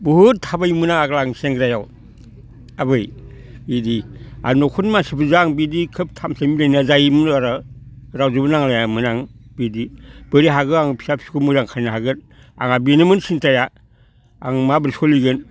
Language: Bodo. बहुद थाबायोमोन आं आगोल सेंग्रायाव आबै बिदि आरो न'खरनि मानसिफोरजों आं बिदि खोब थामसायै जायोमोन आरो रावजोंबो नांलायामोन आं बिदि बोरै हागौ आं फिसा फिसौखौ मोजां खालामनो हागोन आंहा बेनोमोन सिनथाया आं माबोरै सोलिगोन